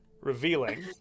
revealing